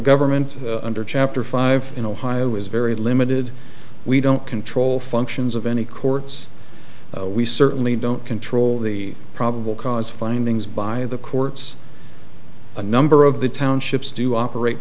government under chapter five in ohio is very limited we don't control functions of any courts we certainly don't control the probable cause findings by the courts a number of the townships do operate